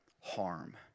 harm